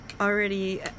already